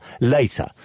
later